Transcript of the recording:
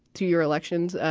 two year elections,